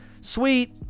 sweet